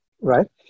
right